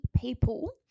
people